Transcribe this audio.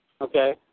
Okay